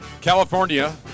California